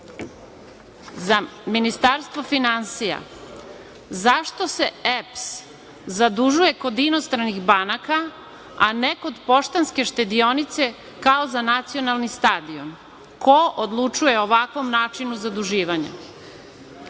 za Ministarstvo finansija - Zašto se EPS zadužuje kod inostranih banaka, a ne kod Poštanske štedionice kao za nacionalni stadion? Ko odlučuje o ovakvom načinu zaduživanja? Sledeće